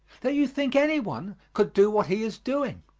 that you think any one could do what he is doing.